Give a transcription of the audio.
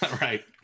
Right